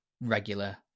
regular